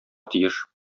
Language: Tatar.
тиеш